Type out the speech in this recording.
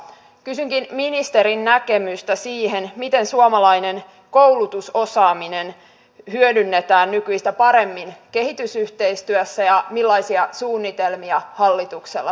kysynkin ministerin näkemystä siihen miten suomalainen koulutusosaaminen hyödynnetään nykyistä paremmin kehitysyhteistyössä ja millaisia suunnitelmia hallituksella tähän on